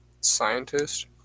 scientist